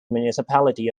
municipality